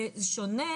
זה שונה,